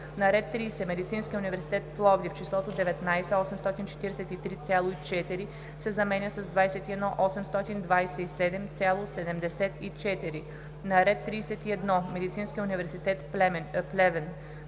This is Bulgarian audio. на ред 30. Медицински университет – Пловдив, числото „19 843,4“ се заменя с „21 827,74“. - на ред 31. Медицински университет – Плевен,